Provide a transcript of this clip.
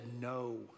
no